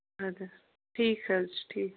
ادٕ حظ ٹھیٖک حظ چھُ ٹھیٖک